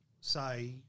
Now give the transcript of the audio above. say